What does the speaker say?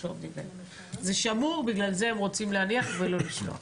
זה שמור ולכן הם רוצים להניח ולא לשלוח.